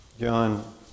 John